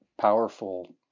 powerful